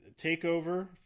TakeOver